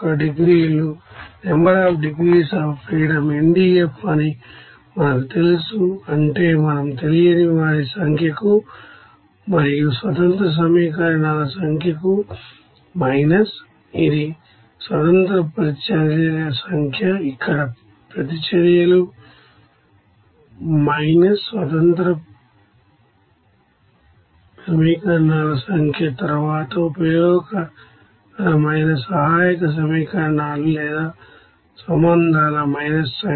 degrees of freedom లు NDF అని మనకు తెలుసు అంటే మనం తెలియనివారి సంఖ్యకు మరియు ఇండిపెండెంట్ ఈక్వేషన్ సంఖ్యకు మైనస్ ఇది ఇండిపెండెంట్ రియాక్షన్ సంఖ్య ఇక్కడ ప్రతిచర్యలు ప్రతిచర్యలు మైనస్ స్వతంత్ర సమీకరణాల సంఖ్య తరువాత ఉపయోగకరమైన సహాయక సమీకరణాలు లేదా సంబంధాల మైనస్ సంఖ్య